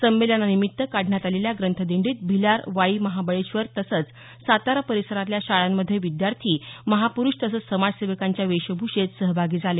संमेलनानिमित्त काढण्यात आलेल्या ग्रंथदिंडीत भिलार वाई महाबळेश्वर तसंच सातारा परिसरातल्या शाळांमधले विद्यार्थी महाप्रुष तसंच समाजसेवकांच्या वेशभूषेत सहभागी झाले